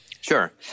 Sure